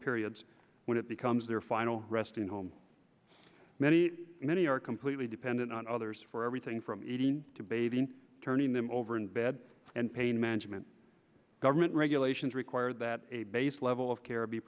periods when it becomes their final resting home many many are completely dependent on others for everything from eating to bathing turning them over in bed and pain management government regulations require that a base level of care